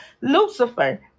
Lucifer